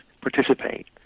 participate